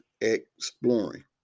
exploring